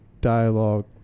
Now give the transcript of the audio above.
dialogue